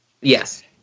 Yes